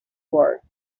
worked